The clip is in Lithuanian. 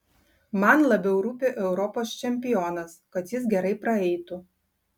man labiau rūpi europos čempionas kad jis gerai praeitų